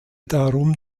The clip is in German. darum